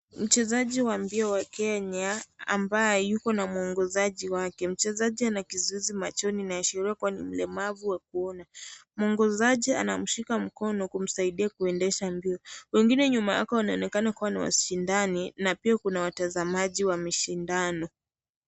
Mchezaji wa mbio wa Kenya ambaye yuko na mwangozaji wake, mchezaji ana kizuizi machoni na shida ya ulemavu wa kuona. Mwangozaji anamshika mkono kumsaidia kuendesha mbio. Wengine nyuma yako wanaenda